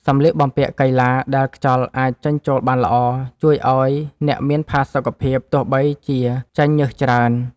សម្លៀកបំពាក់កីឡាដែលខ្យល់អាចចេញចូលបានល្អ ជួយឱ្យអ្នកមានផាសុកភាពទោះបីជាចេញញើសច្រើន។